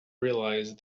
realise